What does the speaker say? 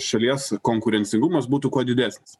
šalies konkurencingumas būtų kuo didesnis